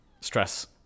stress